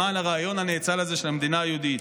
למען הרעיון הנאצל הזה של המדינה היהודית.